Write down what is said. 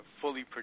fully